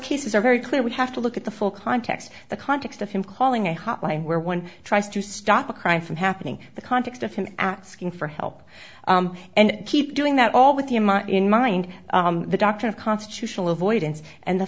cases are very clear we have to look at the full context the context of him calling a hotline where one tries to stop a crime from happening the context of him asking for help and keep doing that all with the amount in mind the doctrine of constitutional avoidance and the